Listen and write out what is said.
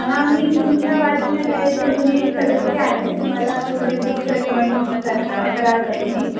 हां मी तुमच्या वाचनालयाची जुनी सदस्य आहे मला थोडे बुक रेकमेंड करा कराल का तुम्ही